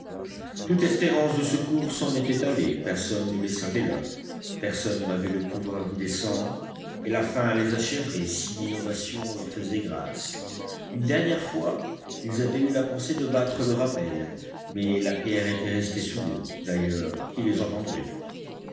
toute espérance de secours s'en était allée personne ne les savait là personne n'avait le pouvoir d'y descendre et la faim les achèverait si l'inondation leur faisait grâce une dernière fois ils avaient eu la pensée de battre le rappel mais la pierre était restée sous l'eau d'ailleurs qui les entendrait